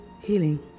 healing